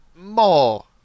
More